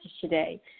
today